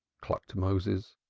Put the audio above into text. clucked moses.